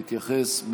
להתייחס,